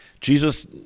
Jesus